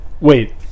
Wait